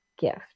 gift